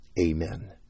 Amen